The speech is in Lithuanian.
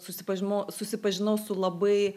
susipažinau susipažinau su labai